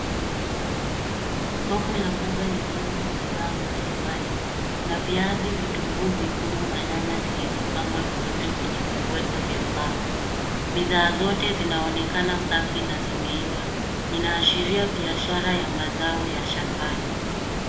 Soko la mboga likiwa na bidhaa mbalimbali. Kuna viazi, vitunguu vyekundu na nyanya zilizopangwa vizuri kwenye vibweta vya mbao. Bidhaa zote zinaonekana safi na zimeiva, inaashiria biashara ya mazao ya shambani.